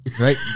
right